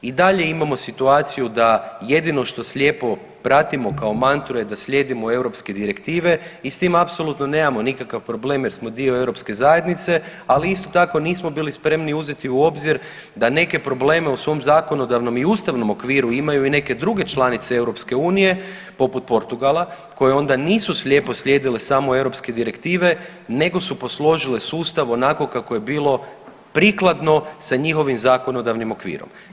I dalje imamo situaciju da jedino što slijepo pratimo kao mantru je da slijedio europske direktive i s tim apsolutno nemamo nikakav problem jer smo dio europske zajednice ali isto tako nismo bili spremni uzeti u obzir da neke probleme u svoj zakonodavnom i ustavnom okviru imaju i neke druge članice EU poput Portugala koje onda nisu slijepo slijedile samo europske direktive nego su posložile sustav onako kako je bilo prikladno sa njihovim zakonodavnim okvirom.